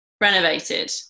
renovated